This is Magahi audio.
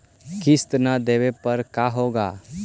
किस्त न देबे पर का होगा?